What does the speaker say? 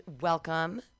welcome